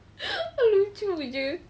lucu jer